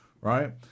right